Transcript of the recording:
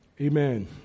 Amen